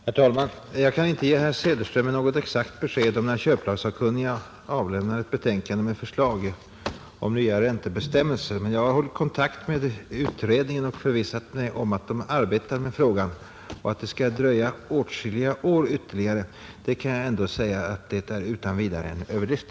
Herr talman! Jag kan inte ge herr Söderström något exakt besked om när köplagssakkunniga avlämnar ett betänkande med förslag om nya räntebestämmelser, men jag har hållit kontakt med utredningen och förvissat mig om att den arbetar med frågan. Att det skall dröja ytterligare åtskilliga år kan jag dock utan vidare säga är en överdrift.